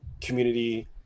community